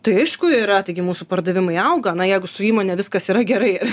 tai aišku yra taigi mūsų pardavimai auga na jeigu su įmone viskas yra gerai